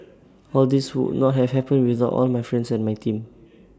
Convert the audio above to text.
all this would not have happened without all my friends and my team